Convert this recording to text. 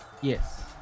Yes